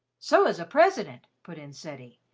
so is a president! put in ceddie.